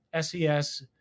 SES